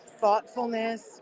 thoughtfulness